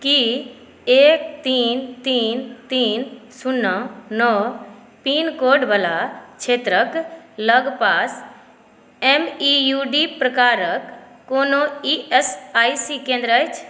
की एक तीन तीन तीन शुन्ना नओ पिन कोड वला क्षेत्रक लगपास एम ई यू डी प्रकारके कोनो ई एस आई सी केन्द्र अछि